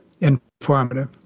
informative